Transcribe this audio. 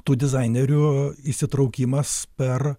tų dizainerių įsitraukimas per